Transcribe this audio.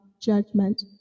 judgment